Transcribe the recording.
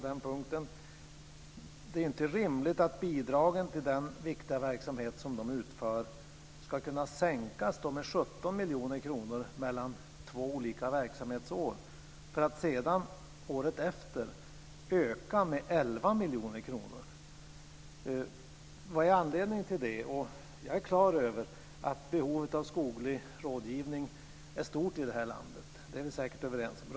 Det är inte rimligt att bidragen till den viktiga verksamhet som de utför ska kunna sänkas med 17 miljoner kronor mellan två olika verksamhetsår, för att sedan året efter öka med 11 miljoner kronor. Vad är anledningen till det? Jag är klar över att behovet av skoglig rådgivning är stort i det här landet - det är vi säkert överens om.